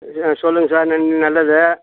ஆ சொல்லுங்கள் சார் நன் நல்லது